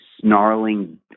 snarling